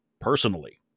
personally